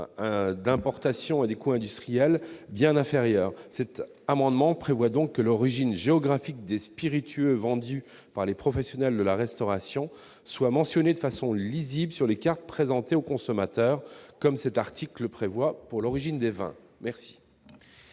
importés étant bien inférieurs, cet amendement prévoit que l'origine géographique des spiritueux vendus par les professionnels de la restauration soit mentionnée de façon lisible sur les cartes présentées aux consommateurs, comme cet article le prévoit pour l'origine des vins. Le